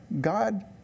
God